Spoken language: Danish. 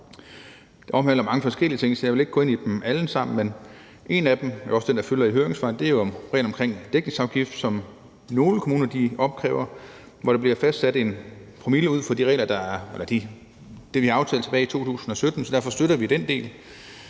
Det omhandler mange forskellige ting, så jeg vil ikke gå ind i dem alle sammen, men en af dem, og det er jo også den, der fylder i høringssvarene, er reglen omkring dækningsafgiften, som nogle kommuner opkræver. Her bliver der fastsat en promille ud fra det, vi aftalte tilbage i 2017, så derfor støtter vi den del.